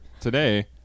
Today